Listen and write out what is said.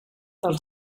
del